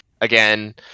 again